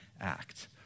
act